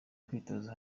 kwitoza